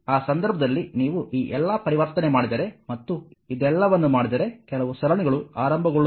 ಆ ಸಂದರ್ಭದಲ್ಲಿ ನೀವು ಈ ಎಲ್ಲ ಪರಿವರ್ತನೆ ಮಾಡಿದರೆ ಮತ್ತು ಇದೆಲ್ಲವನ್ನೂ ಮಾಡಿದರೆ ಕೆಲವು ಸರಣಿಗಳು ಆರಂಭಗೊಳ್ಳುತ್ತವೆ